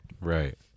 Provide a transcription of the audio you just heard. right